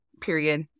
period